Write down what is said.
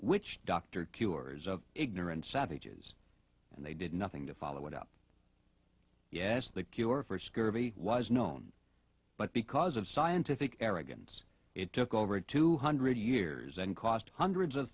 doctor cures of ignorant savages and they did nothing to follow it up yes the cure for scurvy was known but because of scientific arrogance it took over two hundred years and cost hundreds of